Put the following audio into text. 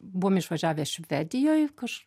buvome išvažiavę švedijoj aš